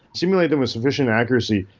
simulate them with sufficient accuracy,